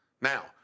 Now